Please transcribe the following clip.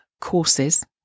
courses